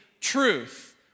truth